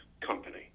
company